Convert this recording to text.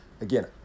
again